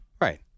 Right